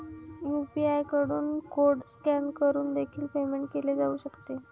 UPI कडून code scan करून देखील पेमेंट केले जाऊ शकते